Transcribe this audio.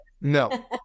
No